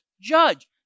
judge